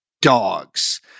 dogs